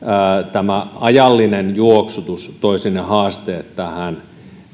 tämä ajallinen juoksutus toisi ne haasteet tähän